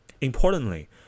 Importantly